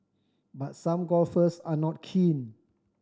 but some golfers are not keen